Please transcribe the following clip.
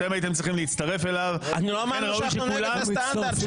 אתם הייתם צריכים להצטרף אליו --- לא אמרנו שאנחנו נגד הסטנדרט.